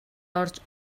орж